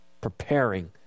preparing